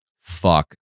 fuck